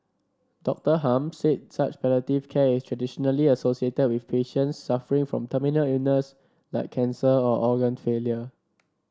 Doctor Hum said such palliative care is traditionally associated with patients suffering from terminal illness like cancer or organ failure